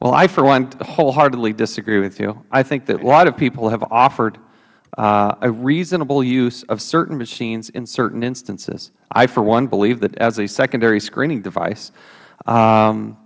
well i for one wholeheartedly disagree with you i think that a lot of people have offered a reasonable use of certain machines in certain instances i for one believe that as a secondary screening device